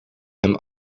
hem